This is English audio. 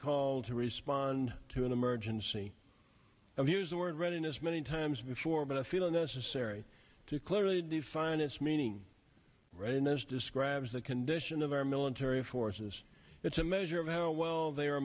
called to respond to an emergency of use the word readiness many times before but i feel it necessary to clearly define its meaning readiness describes the condition of our military forces it's a measure of how well they are